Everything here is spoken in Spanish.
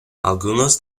algunos